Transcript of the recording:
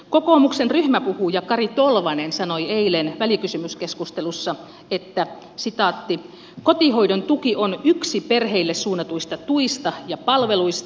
kokoomuksen ryhmäpuhuja kari tolvanen sanoi eilen välikysymyskeskustelussa että kotihoidon tuki on yksi perheille suunnatuista tuista ja palveluista